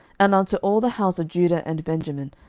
and unto all the house of judah and benjamin,